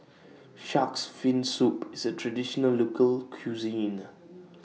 Shark's Fin Soup IS A Traditional Local Cuisine